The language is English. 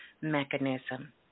mechanism